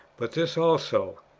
but this also,